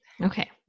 Okay